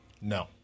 No